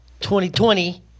2020